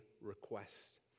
request